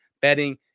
betting